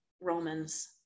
Romans